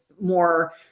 more